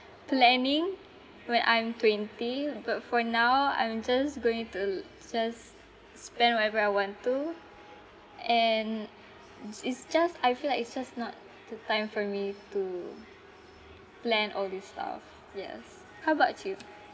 planning when I'm twenty but for now I'm just going to l~ just spend whatever I want to and j~ is just I feel like it's just not the time for me to plan all these stuff yes how about you